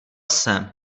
jsem